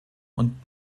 und